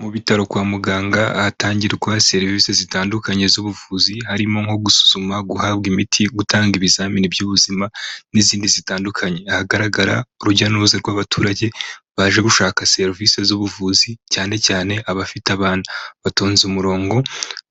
Mu bitaro kwa muganga hatangirwa serivisi zitandukanye z'ubuvuzi harimo nko guzuma guhabwa imiti gutanga ibizamini by'ubuzima n'izindi zitandukanye hagaragara urujya n'uruza rw'abaturage baje gushaka serivisi z'ubuvuzi cyane cyane abafite abana batonze umurongo